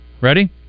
Ready